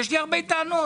יש לי הרבה טענות.